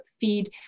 feed